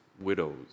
widows